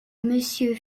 monsieur